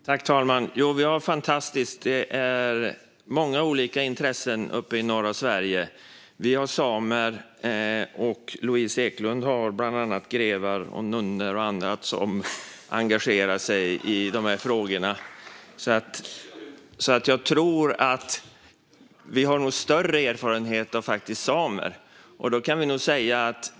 Herr talman! Vi har fantastiskt många olika intressen uppe i norra Sverige. Vi har samer. Louise Eklund har bland annat grevar, nunnor och andra som engagerar sig i de här frågorna i Skåne. Jag tror att vi har större erfarenhet av samer.